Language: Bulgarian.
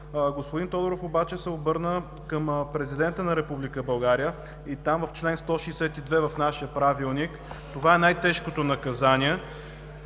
Господин Тодоров обаче се обърна към президента на Република България, в чл. 162 от нашия Правилник, това е най-тежкото наказание.